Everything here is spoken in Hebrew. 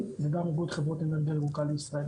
וגם איגוד חברות אנרגיה ירוקה לישראל.